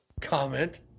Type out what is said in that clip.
comment